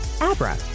Abra